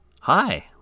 Hi